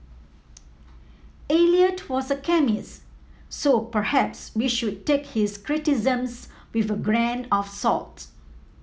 Eliot was a chemist so perhaps we should take his criticisms with a grain of salt